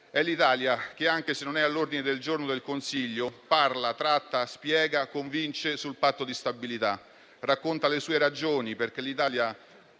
È l'Italia che, anche se non è all'ordine del giorno del Consiglio europeo, parla, tratta, spiega e convince sul Patto di stabilità; racconta le sue ragioni, perché vuole